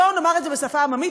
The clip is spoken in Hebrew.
בואו נאמר את זה בשפה העממית,